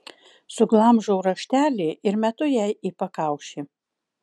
suglamžau raštelį ir metu jai į pakaušį